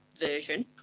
version